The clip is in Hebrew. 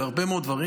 והרבה מאוד דברים.